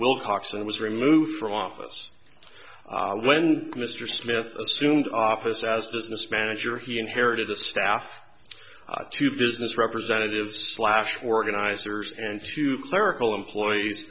wilcox and was removed from office when mr smith assumed office as a business manager he inherited a staff two business representatives slashed organizers and few clerical employees